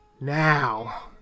now